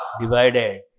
Divided